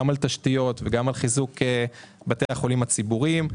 גם על תשתיות וגם על חיזוק בתי החולים הציבורים,